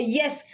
yes